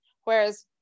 whereas